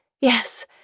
Yes